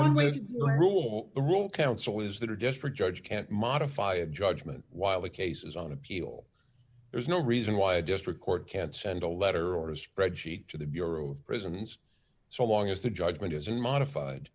one way to rule the rule counsel is that are different judge can't modify a judgement while the case is on appeal there's no reason why a district court can't send a letter or a spreadsheet to the bureau of prisons so long as the judgment is unmodified